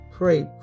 Pray